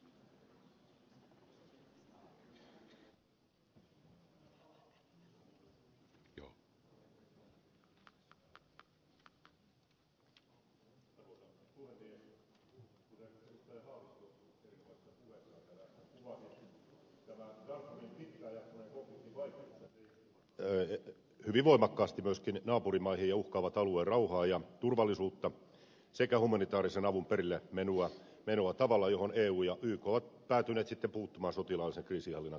haavisto erinomaisessa puheenvuorossaan kuvasi darfurin pitkään jatkuneen konfliktin vaikutukset heijastuvat hyvin voimakkaasti myöskin naapurimaihin ja uhkaavat alueen rauhaa ja turvallisuutta sekä humanitaarisen avun perille menoa tavalla johon eu ja yk ovat päätyneet sitten puuttumaan sotilaallisen kriisinhallinnan keinoin